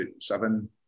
seven